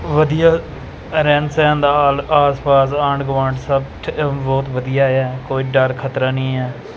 ਵਧੀਆ ਰਹਿਣ ਸਹਿਣ ਦਾ ਆਲ ਆਸ ਪਾਸ ਆਂਡ ਗੁਆਂਢ ਸਭ ਠ ਬਹੁਤ ਵਧੀਆ ਆ ਕੋਈ ਡਰ ਖਤਰਾ ਨਹੀਂ ਹੈ